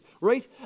right